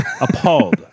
appalled